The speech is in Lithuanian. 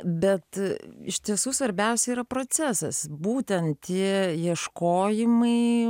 bet iš tiesų svarbiausia yra procesas būtent tie ieškojimai